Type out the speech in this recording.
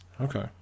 Okay